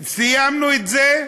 סיימנו את זה,